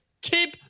Keep